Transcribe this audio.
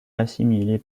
assimilé